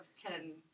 ten